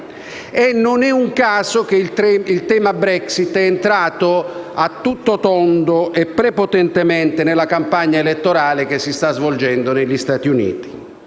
non è un caso che il tema Brexit sia entrato a tutto tondo e prepotentemente nella campagna elettorale che si sta svolgendo negli Stati Uniti.